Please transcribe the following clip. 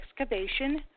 Excavation